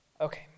Okay